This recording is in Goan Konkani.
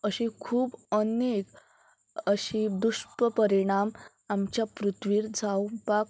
अशी खूब अनेक अशी दुश्य परिणाम आमच्या पृथ्वीर जावपाक